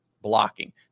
blocking